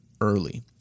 early